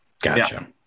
Gotcha